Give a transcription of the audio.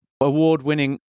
Award-winning